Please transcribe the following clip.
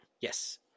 Yes